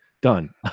done